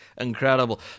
incredible